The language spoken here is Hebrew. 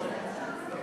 חובת הצגת מחיר מומלץ של